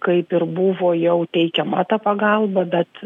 kaip ir buvo jau teikiama ta pagalba bet